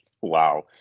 wow